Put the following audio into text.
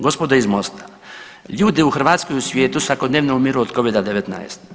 Gospodo iz MOST-a ljudi u Hrvatskoj i svijetu svakodnevno umiru od covida-19.